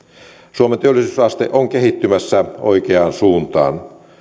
suomen työllisyysaste on kehittymässä oikeaan suuntaan